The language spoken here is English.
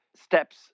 steps